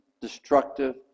destructive